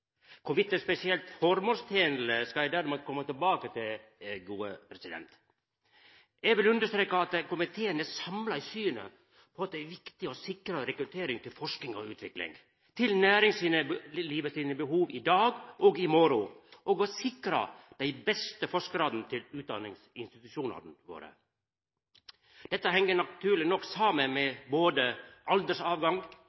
er spesielt føremålstenleg, skal eg derimot koma tilbake til. Eg vil understreka at komiteen er samla i synet på at det er viktig å sikra rekruttering til forsking og utvikling, til næringslivet sine behov i dag og i morgon, og å sikra dei beste forskarane til utdanningsinstitusjonane våre. Dette heng naturleg nok